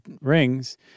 rings